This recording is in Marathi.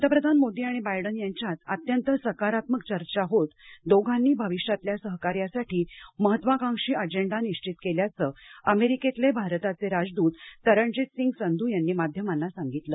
पंतप्रधान मोदी आणि बायडन यांच्यात अत्यंत सकारात्मक चर्चा होत दोघांनी भविष्यातल्या सहकार्यासाठी महत्वाकांशी अजेंडा निश्वित केला असल्याचं अमेरिकेतले भारताचे राजदूत तरनजितसिंग संधू यांनी माध्यमांना सांगितलं